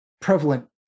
prevalent